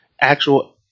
actual